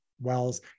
wells